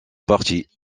partis